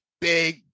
big